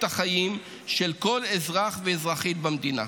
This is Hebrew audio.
החיים של כל אזרח ואזרחית במדינה.